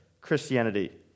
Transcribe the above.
Christianity